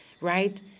right